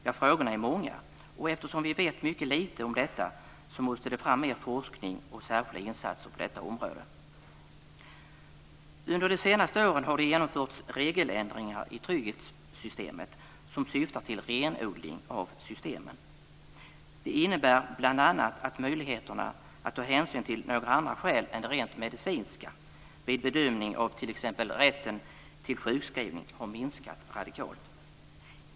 Ja, frågorna är många, och eftersom vi vet mycket lite om detta måste det fram mer forskning och särskilda insatser på detta område. Under de senaste åren har det genomförts regeländringar i trygghetssystemen som syftar till renodling av dem. Det innebär bl.a. att möjligheterna att ta hänsyn till några andra skäl än de rent medicinska vid bedömning av t.ex. rätten till sjukskrivning har minskat radikalt.